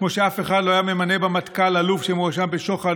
כמו שאף אחד לא היה ממנה במטכ"ל אלוף שמואשם בשוחד,